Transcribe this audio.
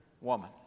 woman